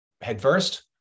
headfirst